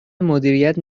مدیریت